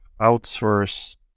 outsource